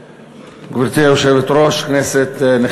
שנייה, לא, אני מאפסת לך